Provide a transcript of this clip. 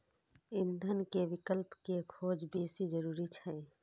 ईंधन के विकल्प के खोज बेसी जरूरी छै